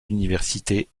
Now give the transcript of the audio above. universités